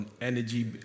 energy